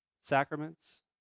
sacraments